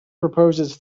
proposes